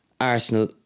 Arsenal